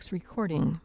recording